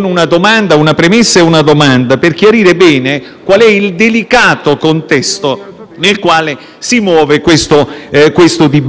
mio intervento con una premessa e una domanda per chiarire bene qual è il delicato contesto nel quale si muove questo dibattito, che non è quello relativo alla legge costituzionale del 1989: magari lo fosse, ma non è così.